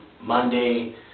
monday